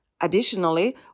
Additionally